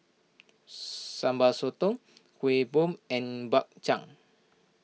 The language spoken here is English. Sambal Sotong Kuih Bom and Bak Chang